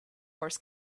wars